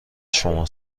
شما